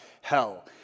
hell